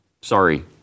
sorry